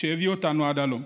שהביאו אותנו עד הלום.